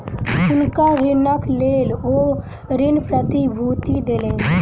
हुनकर ऋणक लेल ओ ऋण प्रतिभूति देलैन